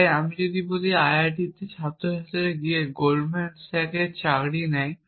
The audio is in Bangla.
তাই আমি যদি বলি আইআইটি তে ছাত্র ছাত্রীরা গিয়ে গোল্ড ম্যান স্যাক এ চাকরি নেয়